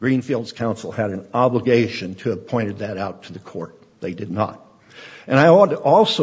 greenfields counsel had an obligation to have pointed that out to the court they did not and i ought to also